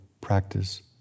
practice